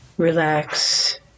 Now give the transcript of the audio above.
relax